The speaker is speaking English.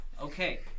Okay